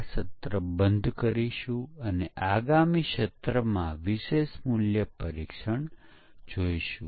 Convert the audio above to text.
આપણે આ તબક્કે અટકીશું અને આગળના સત્રમાં અહીથી આગળ વધીશું